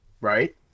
right